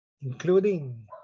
including